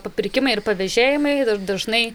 papirkimai ir pavėžėjimai dažnai